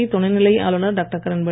புதுச்சேரி துணைநிலை ஆளுநர் டாக்டர்